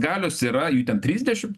galios yra jų ten trisdešimt